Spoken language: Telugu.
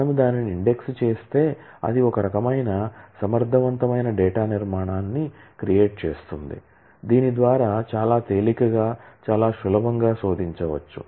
మనము దానిని ఇండెక్స్ చేస్తే అది ఒక రకమైన సమర్థవంతమైన డేటా నిర్మాణాన్ని క్రియేట్ చేస్తుంది దీని ద్వారా చాలా తేలికగా చాలా సులభంగా శోధించవచ్చు